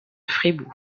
fribourg